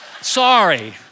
sorry